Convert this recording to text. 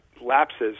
lapses